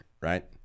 right